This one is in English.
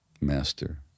master